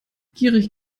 gierig